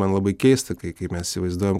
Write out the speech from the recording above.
man labai keista kai kai mes įsivaizduojam